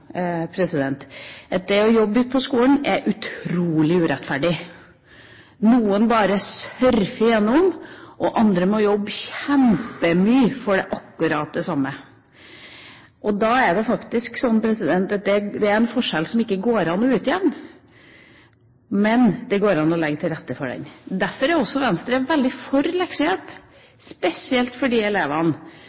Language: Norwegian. utrolig urettferdig. Noen bare surfer gjennom. Andre må jobbe kjempemye for akkurat det samme. Det er en forskjell som det ikke går an å utjevne, men det går an å legge til rette for det. Derfor er også Venstre veldig for leksehjelp, spesielt for de elevene